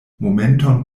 momenton